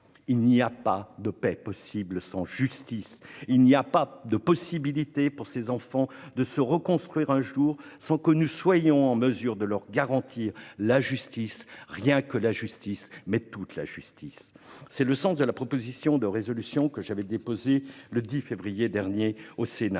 Il n'y a pas de paix possible sans justice ! Et il ne sera pas possible pour ces enfants de se reconstruire un jour si nous ne sommes pas en mesure de leur garantir la justice, rien que la justice, toute la justice ! C'est le sens de la proposition de résolution européenne que j'avais déposée le 10 février dernier au Sénat.